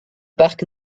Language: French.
parc